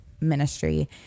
ministry